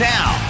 Now